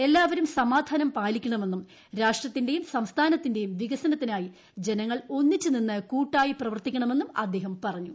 എല്ലാപ്പരും സമാധാനം പാലിക്കണമെന്നും രാഷ്ട്രത്തിന്റെയും സംസ്ഥാനത്തിന്റെയും വികസനത്തിനായി ജനങ്ങൾ ഒന്നിച്ച് നിന്ന് കൂട്ടായി പ്രവർത്തിക്കണമെന്നും അദ്ദേഹം പറഞ്ഞു